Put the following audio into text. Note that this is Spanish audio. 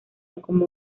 como